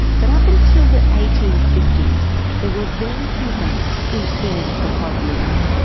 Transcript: but up until the eighteen fifty s there were very few banks in any of the colonies.